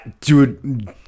Dude